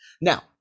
Now